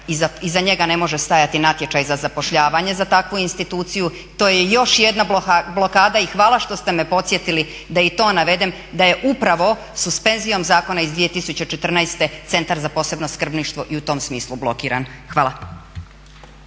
iza njega ne može stajati natječaj za zapošljavanje za takvu instituciju. To je još jedna blokada i hvala što ste me podsjetili da i to navedem da je upravo suspenzijom Zakona iz 2014. Centar za posebno skrbništvo i u tom smislu blokiran. Hvala.